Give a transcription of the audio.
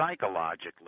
psychologically